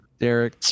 Derek